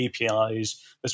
APIs